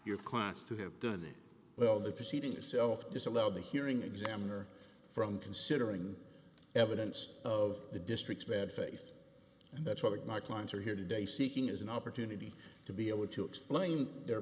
your clients to have done well in the proceeding itself disallow the hearing examiner from considering evidence of the district's bad faith and that's what my clients are here today seeking is an opportunity to be able to explain their